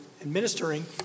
administering